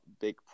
big